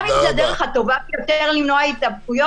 גם אם זו הדרך הטובה ביותר למנוע הידבקויות,